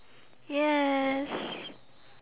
yes